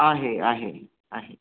आहे आहे आहे